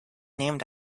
named